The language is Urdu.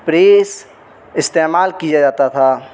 پریس استعمال کیا جاتا تھا